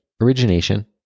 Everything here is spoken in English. origination